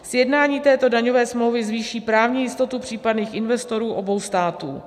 Sjednání této daňové smlouvy zvýší právní jistotu případných investorů obou států.